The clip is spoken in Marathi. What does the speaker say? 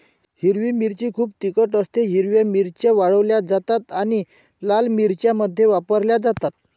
हिरवी मिरची खूप तिखट असतेः हिरव्या मिरच्या वाळवल्या जातात आणि लाल मिरच्यांमध्ये वापरल्या जातात